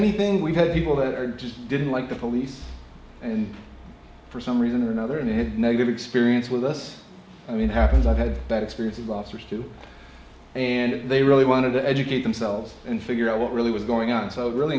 anything we had people that are just didn't like the police and for some reason or another and had negative experience with us i mean happens i've had that experience of officers too and they really wanted to educate themselves and figure out what really was going on so really